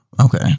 okay